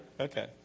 Okay